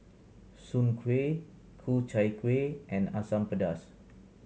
soon kway Ku Chai Kueh and Asam Pedas